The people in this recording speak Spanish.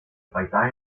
paisaje